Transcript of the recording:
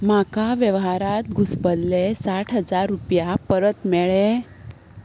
म्हाका वेव्हारांत घुसपल्ले साठ हजार रुपया परत मेळ्ळे